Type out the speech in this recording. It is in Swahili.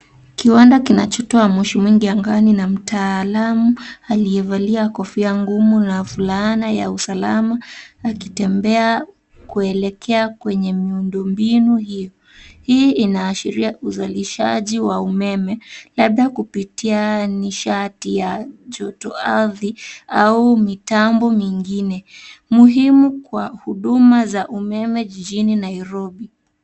Kiwanda kinachotoa moshi mwingi angani na mtaalamu aliyevalia kofia ngumu na fulana ya usalama akitembea kuelekea kwenye miundombinu hiyo. Hii inaashiria uzalishaji wa umeme labda kupitia nishati ya jotoardhi au mitambo mingine muhimu kwa huduma za umeme jijini Nairobi.